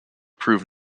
proved